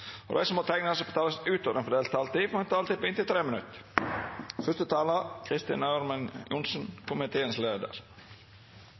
og at de som måtte tegne seg på talerlisten utover den fordelte taletid, får en taletid på inntil 3 minutter.